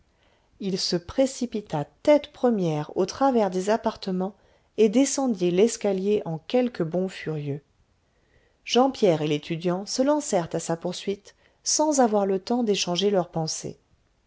il se précipita tête première au travers des appartements et descendit l'escalier en quelques bonds furieux jean pierre et l'étudiant se lancèrent à sa poursuite sans avoir le temps d'échanger leurs pensées